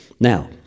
Now